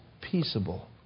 peaceable